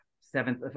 seventh